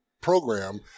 program –